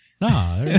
No